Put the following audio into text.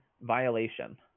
Violation